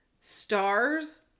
Star's